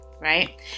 right